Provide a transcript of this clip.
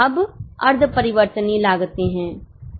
अब अर्ध परिवर्तनीय लागते हैं